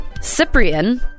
Cyprian